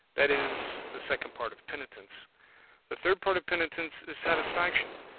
that is the second part of penitence the third part of penitence is satisfaction,